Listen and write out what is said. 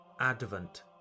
Advent